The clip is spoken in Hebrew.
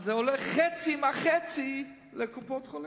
זה עולה חצי מהחצי לקופות-החולים,